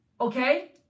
okay